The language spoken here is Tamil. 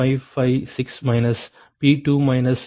556 மைனஸ் P2 மைனஸ் 0